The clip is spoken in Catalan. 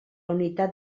unitat